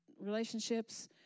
relationships